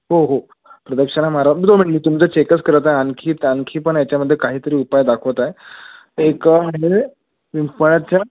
हो हो प्रदक्षिणा मारा दोन मिनंट मी तुमचं चेकअच करत आहे आणखी आ आणखीन पण याच्यामध्ये काहीतरी उपाय दाखवत आहे एक आहे पिंपळाच्या